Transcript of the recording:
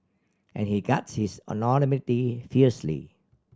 and he guards his anonymity fiercely